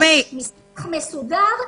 יש מסמך מסודר,